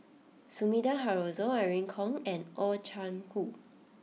Sumida Haruzo Irene Khong and Oh Chai Hoo